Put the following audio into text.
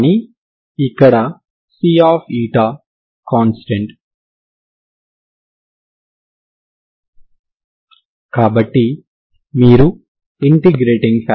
కానీ ఇక్కడ C constant కాబట్టి మీరు I